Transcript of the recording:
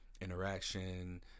interaction